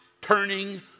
turning